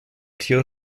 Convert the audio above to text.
tiere